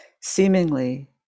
Seemingly